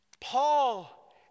Paul